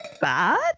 bad